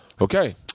okay